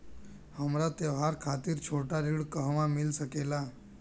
हमरा त्योहार खातिर छोटा ऋण कहवा मिल सकेला?